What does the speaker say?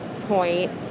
point